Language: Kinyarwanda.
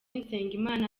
nsengimana